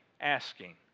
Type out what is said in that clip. asking